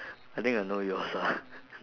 I think I know yours ah